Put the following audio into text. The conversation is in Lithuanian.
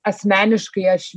asmeniškai aš